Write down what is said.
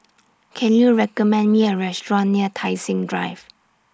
Can YOU recommend Me A Restaurant near Tai Seng Drive